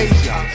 Asia